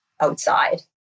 outside